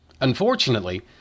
Unfortunately